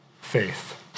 faith